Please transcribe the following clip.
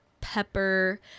pepper